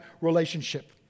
relationship